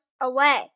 away